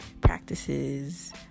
practices